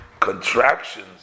Contractions